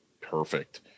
Perfect